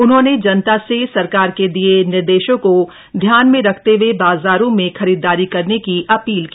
उन्होंने जनता से सरकार के दिए निर्देशों को ध्यान में रखते हए बाजारों में खरीदारी करने की अपील की